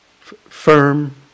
firm